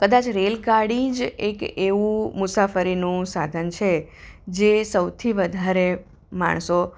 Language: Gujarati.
કદાચ રેલગાડી જ એક એવું મુસાફરીનું સાધન છે જે સૌથી વધારે માણસો